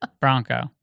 Bronco